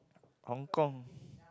Hong-Kong